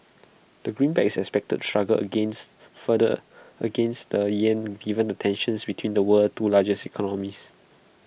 the greenback is expected to struggle against further against the Yen given the tensions between the world's two largest economies